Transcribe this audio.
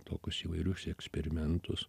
tokius įvairius eksperimentus